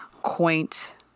Quaint